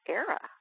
era